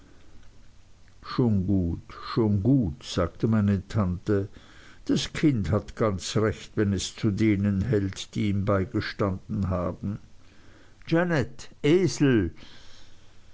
schon gut schon gut sagte meine tante das kind hat ganz recht wenn es zu denen hält die ihm beigestanden haben janet esel